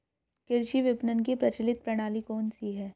कृषि विपणन की प्रचलित प्रणाली कौन सी है?